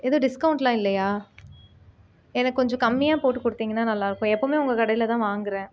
எதுவும் டிஸ்கவுண்ட்லாம் இல்லையா எனக்கு கொஞ்சம் கம்மியாக போட்டு கொடுத்திங்கன்னா நல்லா இருக்கும் எப்பவுமே உங்கள் கடையில் தான் வாங்குகிறேன்